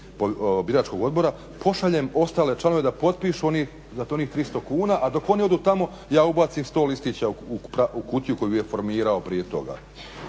pošaljem ostale članove da potpišu za onih 300 kn, a dok oni odu tamo ja ubacim 100 listića u kutiju koju je formirao prije toga.